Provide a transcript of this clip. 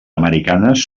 americanes